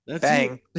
Bang